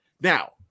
Now